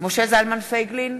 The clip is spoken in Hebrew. משה זלמן פייגלין,